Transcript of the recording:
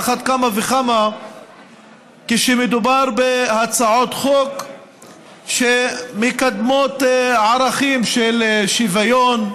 על אחת כמה וכמה כשמדובר בהצעות חוק שמקדמות ערכים של שוויון,